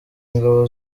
ingabo